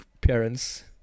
parents